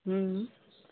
हम्म